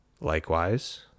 Likewise